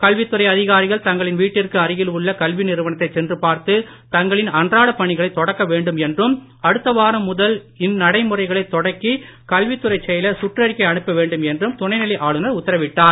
கல்வித் துறை அதிகாரிகள் தங்களின் வீட்டிற்கு அருகில் உள்ள கல்வி நிறுவனத்தை சென்று பார்த்து தங்களின் அன்றாடப் பணிகளைத் தொடக்க வேண்டும் என்றும் அடுத்த வாரம் முதல் இந்நடைமுறைகளைத் தொடக்கி கல்வித் துறைச் செயலர் சுற்ற்றிக்கை அனுப்பவேண்டும் என்றும் துணைநிலை ஆளுனர் உத்தரவிட்டார்